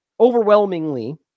overwhelmingly